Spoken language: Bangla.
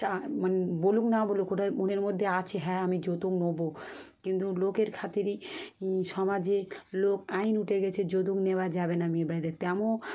চায় মানে বলুক না বলুক ওটা মনের মধ্যে আছে হ্যাঁ আমি যৌতুক নেবো কিন্তু লোকের খাতিরেই সমাজে লোক আইন উঠে গেছে যৌতুক নেওয়া যাবে না মেয়ের বাড়ির থেকে তেমন